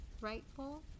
rightful